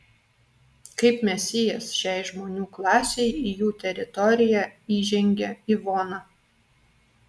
kaip mesijas šiai žmonių klasei į jų teritoriją įžengia ivona